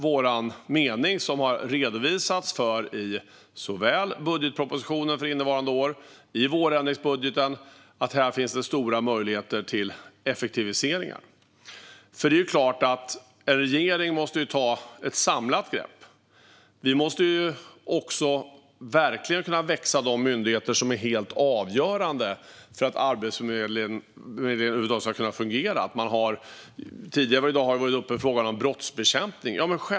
Vår mening, som har redovisats såväl i budgetpropositionen för innevarande år som i vårändringsbudgeten, är att det finns stora möjligheter till effektivisering här. En regering måste ju ta ett samlat grepp. De myndigheter som är helt avgörande för att Arbetsförmedlingen över huvud taget ska kunna fungera måste vi kunna låta växa. Tidigare var frågan om brottsbekämpning uppe.